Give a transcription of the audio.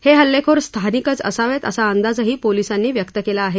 हे हल्लेखोर स्थानिकच असावेत असा अंदाजही पोलिसांनी व्यक्त केला आहे